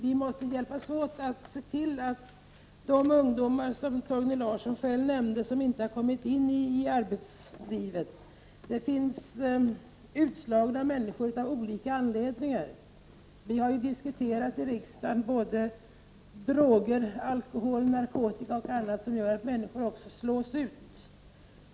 Vi måste se till att de ungdomar som inte har kommit in i arbetslivet, som Torgny Larsson nämnde, får ett arbete. Det finns olika anledningar till att människor är utslagna. Vi har i riksdagen diskuterat droger, alkohol, narkotika och annat som gör att människor slås ut.